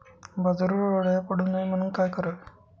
बाजरीवर अळ्या पडू नये म्हणून काय करावे?